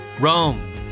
Rome